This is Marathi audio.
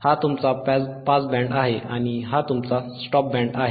हा तुमचा पास बँड आहे आणि हा तुमचा स्टॉप बँड आहे